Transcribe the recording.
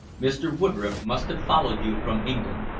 mr. woodroffe must have followed you from england.